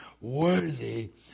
worthy